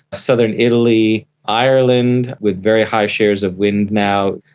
southern italy, ireland with very high shares of wind now,